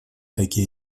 такие